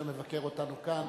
שמבקר אותנו כאן.